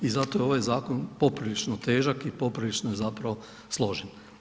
I zato je ovaj zakon poprilično težak i poprilično je zapravo složen.